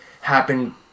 happen